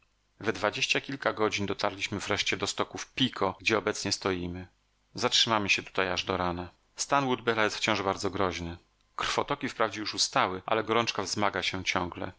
we dwadzieścia kilka godzin dotarliśmy wreszcie do stoków pico gdzie obecnie stoimy zatrzymamy się tutaj aż do rana stan woodbella jest wciąż bardzo groźny krwotoki wprawdzie już ustały ale gorączka wzmaga się ciągle